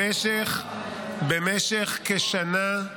במשך כשנה,